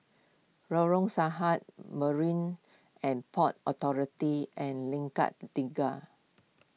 Lorong Sarhad Marine and Port Authority and Lengkok Tiga